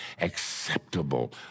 acceptable